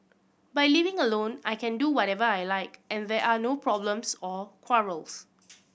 by living alone I can do whatever I like and there are no problems or quarrels